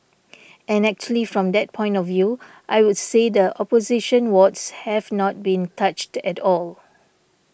and actually from that point of view I would say the opposition wards have not been touched at all